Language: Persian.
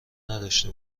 نداشته